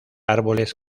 árboles